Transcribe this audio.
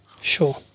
Sure